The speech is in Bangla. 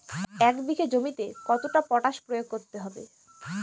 এক বিঘে জমিতে কতটা পটাশ প্রয়োগ করতে হবে?